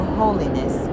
holiness